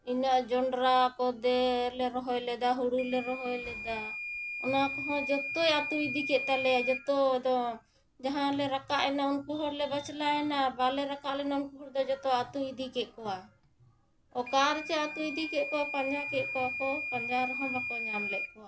ᱤᱱᱟᱹᱜ ᱡᱚᱸᱰᱨᱟ ᱠᱚᱫᱮ ᱞᱮ ᱨᱚᱦᱚᱭ ᱞᱮᱫᱟ ᱦᱩᱲᱩ ᱞᱮ ᱨᱚᱦᱚᱭ ᱞᱮᱫᱟ ᱚᱱᱟ ᱠᱚᱦᱚᱸ ᱡᱚᱛᱚᱭ ᱟᱹᱛᱩ ᱤᱫᱤ ᱠᱮᱫ ᱛᱟᱞᱮᱭᱟ ᱡᱚᱛᱚ ᱫᱚ ᱡᱟᱦᱟᱸᱭᱞᱮ ᱨᱟᱠᱟᱵ ᱮᱱᱟ ᱩᱱᱠᱩ ᱦᱚᱲ ᱞᱮ ᱵᱟᱪᱞᱟᱣᱮᱱᱟ ᱟᱨ ᱵᱟᱞᱮ ᱨᱟᱠᱟᱵ ᱮᱱᱟ ᱩᱱᱠᱩ ᱦᱚᱲ ᱫᱚ ᱡᱚᱛᱚᱭ ᱟᱹᱛᱩ ᱤᱫᱤ ᱠᱮᱫ ᱠᱚᱣᱟ ᱚᱠᱟᱨᱮᱪᱚᱭ ᱟᱹᱛᱩ ᱤᱫᱤ ᱠᱮᱫ ᱠᱚᱣᱟ ᱯᱟᱸᱡᱟ ᱠᱮᱫ ᱠᱚᱣᱟ ᱠᱚ ᱯᱟᱸᱡᱟ ᱨᱮᱦᱚᱸ ᱵᱟᱠᱚ ᱧᱟᱢ ᱞᱮᱫ ᱠᱚᱣᱟ